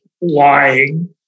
lying